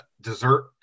dessert